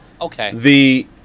okay